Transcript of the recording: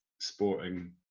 sporting